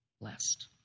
blessed